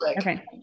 Okay